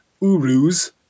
urus